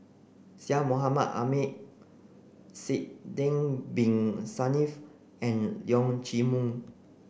Syed Mohamed Ahmed Sidek bin Saniff and Leong Chee Mun